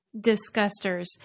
disgusters